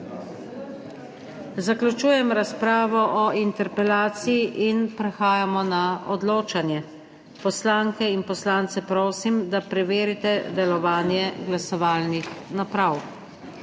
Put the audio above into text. Zaključujem razpravo o interpelaciji in prehajamo na odločanje. Poslanke in poslance prosim, da preverite delovanje glasovalnih naprav.